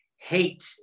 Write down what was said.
hate